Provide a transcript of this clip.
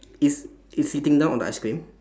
it's it's sitting down on the ice cream